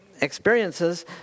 experiences